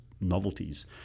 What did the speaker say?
novelties